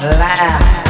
laugh